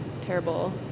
terrible